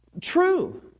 true